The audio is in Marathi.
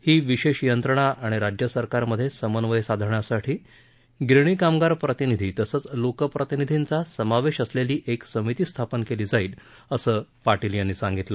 ही विशेष यंत्रणा आणि सरकारमधे समन्वय साधण्यासाठी गिरणी कामगार प्रतिनिधी तसंच लोकप्रतिनिधींचा समावेश असलेली एक समिती स्थापन केली जाईल असं पाटील यांनी सांगितलं